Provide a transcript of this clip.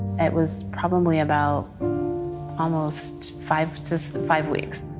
it was probably about almost five five weeks.